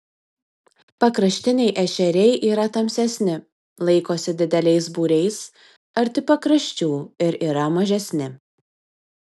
pakraštiniai ešeriai yra tamsesni laikosi dideliais būriais arti pakraščių ir yra mažesni